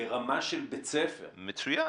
ברמה של בית ספר -- מצוין.